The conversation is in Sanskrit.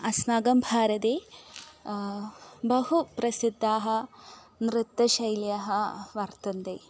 अस्माकं भारते बहु प्रसिद्धाः नृत्यशैल्यः वर्तन्ते